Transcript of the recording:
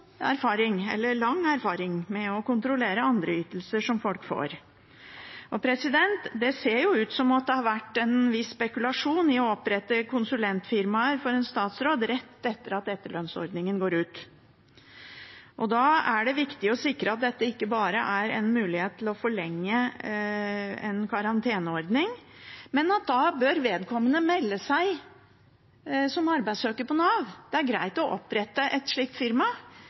erfaring med å kontrollere andre ytelser som folk får. Det ser ut som det har vært en viss spekulasjon i å opprette konsulentfirmaer for statsråder rett etter at etterlønnsordningen går ut. Da er det viktig å sikre at dette ikke bare er en mulighet til å forlenge en karanteneordning, vedkommende bør da melde seg som arbeidssøker på Nav. Det er greit å opprette et slikt firma,